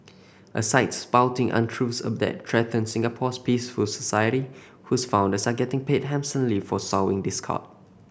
a site spouting untruths that threaten Singapore's peaceful society whose founders are getting paid handsomely for sowing discord